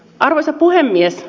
arvoisa puhemies